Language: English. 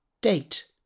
Date